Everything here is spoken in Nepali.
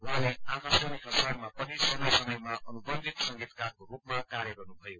उहाँले आकाशवाणी खरसाङमा पनि समय समयमा अनुबन्धित संगीतकारको रूपमा कार्य गर्नुभयो